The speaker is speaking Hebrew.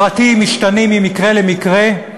הפרטים משתנים ממקרה למקרה.